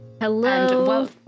Hello